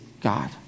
God